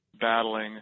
battling